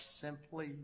simply